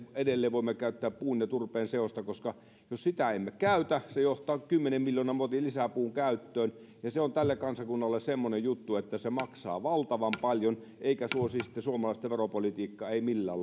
edelleen voimme käyttää puun ja turpeen seosta koska jos sitä emme käytä se johtaa kymmenen miljoonan motin lisäpuun käyttöön ja se on tälle kansakunnalle semmoinen juttu että se maksaa valtavan paljon eikä suosi sitten suomalaista veropolitiikkaa ei millään